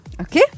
Okay